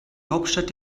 hauptstadt